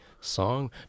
song